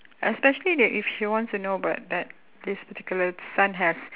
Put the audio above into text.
especially that if she wants to know about that this particular son has